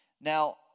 Now